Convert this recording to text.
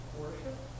worship